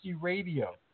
radio